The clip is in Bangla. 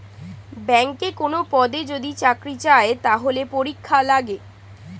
ব্যাংকে কোনো পদে যদি চাকরি চায়, তাহলে পরীক্ষা লাগে